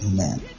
Amen